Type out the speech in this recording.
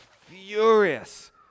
furious